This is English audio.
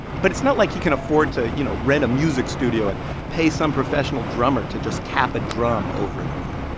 but it's not like he can afford to, you know, rent a music studio and pay some professional drummer to just tap a drum over and over.